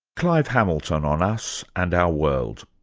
clive hamilton on on us and our world.